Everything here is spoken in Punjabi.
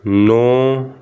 ਨੌਂ